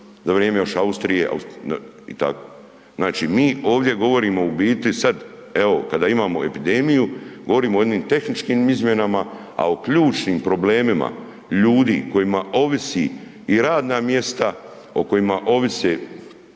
za vrijeme još Austrije i tako. Znači, mi ovdje govorimo u biti sad evo kada imamo epidemiju, govorimo o jednim tehničkim izmjenama, a o ključnim problemima ljudi kojima ovisi i radna mjesta, o kojima ovise,